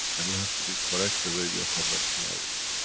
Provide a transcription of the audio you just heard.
and it has to be correct, the way we are conducting our work.